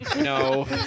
no